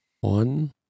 One